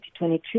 2022